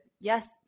Yes